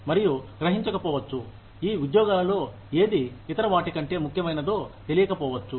మరియు గ్రహించకపోవచ్చు ఈ ఉద్యోగాలలో ఏది ఇతర వాటి కంటే ముఖ్యమైనదో తెలియకపోవచ్చు